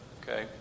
okay